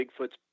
Bigfoot's